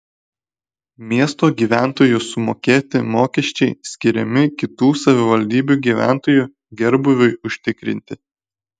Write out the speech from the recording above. miesto gyventojų sumokėti mokesčiai skiriami kitų savivaldybių gyventojų gerbūviui užtikrinti